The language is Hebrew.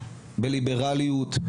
בליברליות,